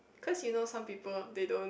cause you know some people they don't